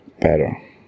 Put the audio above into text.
better